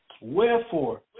Wherefore